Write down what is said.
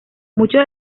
muchos